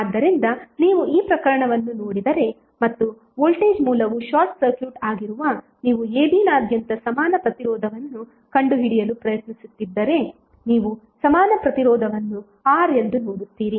ಆದ್ದರಿಂದ ನೀವು ಈ ಪ್ರಕರಣವನ್ನು ನೋಡಿದರೆ ಮತ್ತು ವೋಲ್ಟೇಜ್ ಮೂಲವು ಶಾರ್ಟ್ ಸರ್ಕ್ಯೂಟ್ ಆಗಿರುವಾಗ ನೀವು ABನಾದ್ಯಂತ ಸಮಾನ ಪ್ರತಿರೋಧವನ್ನು ಕಂಡುಹಿಡಿಯಲು ಪ್ರಯತ್ನಿಸುತ್ತಿದ್ದರೆ ನೀವು ಸಮಾನ ಪ್ರತಿರೋಧವನ್ನು R ಎಂದು ನೋಡುತ್ತೀರಿ